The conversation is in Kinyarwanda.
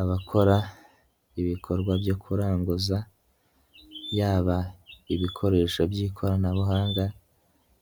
Abakora ibikorwa byo kuranguza, yaba ibikoresho by'ikoranabuhanga